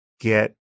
get